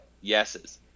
yeses